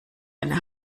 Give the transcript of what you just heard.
eine